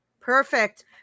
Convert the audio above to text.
Perfect